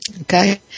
Okay